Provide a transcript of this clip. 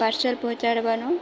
parcel પહોંચાડવાનો